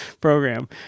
program